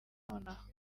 nonaha